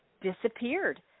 disappeared